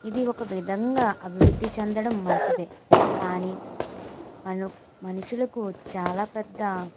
ఇది ఒక విధంగా అభివృద్ధి చెందడం మంచిదే కానీ మను మనుషులకు చాలా పెద్ద